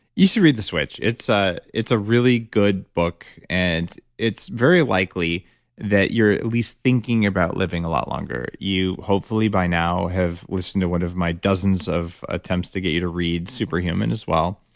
you should read the switch. it's ah it's a really good book and it's very likely that you're, at least thinking about living a lot longer. you hopefully by now have listened to one of my dozens of attempts to get you to read super human as well.